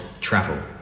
travel